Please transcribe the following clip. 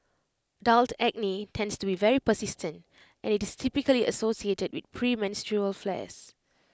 adult acne tends to be very persistent and IT is typically associated with premenstrual flares